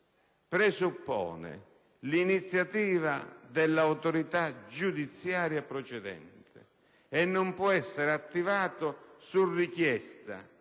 presuppone l'iniziativa dell'autorità giudiziaria procedente e non può essere attivato su richiesta